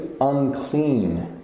unclean